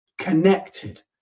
connected